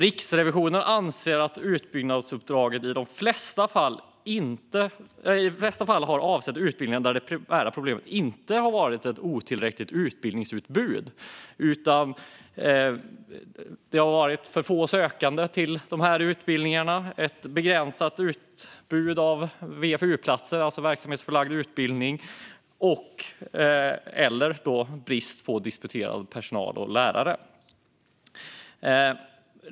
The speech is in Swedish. Riksrevisionen anser att utbyggnadsuppdragen i de flesta fall har avsett utbildningar där det primära problemet inte är ett otillräckligt utbildningsutbud. I stället har det funnits för få sökande till utbildningarna, ett begränsat utbud av platser för verksamhetsförlagd utbildning, VFU, eller brist på disputerade lärare.